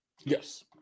Yes